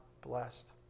blessed